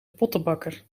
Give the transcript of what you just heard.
pottenbakker